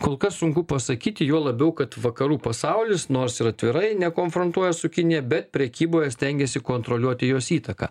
kol kas sunku pasakyti juo labiau kad vakarų pasaulis nors ir atvirai nekonfrontuoja su kinija bet prekyboje stengiasi kontroliuoti jos įtaką